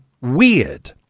weird